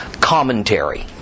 commentary